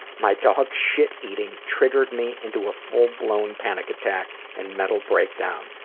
my dog's shit eating triggered me into a full-blown panic attack and metal breakdown.